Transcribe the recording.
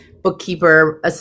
bookkeeper